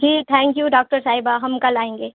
G thank you doctor صاحبہ ہم کل آئیں گے